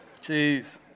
Jeez